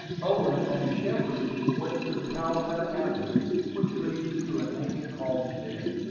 owen and the shepards went to the palmetto avenue, which leads to an ancient homestead,